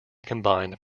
combined